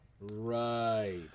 Right